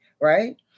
right